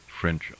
French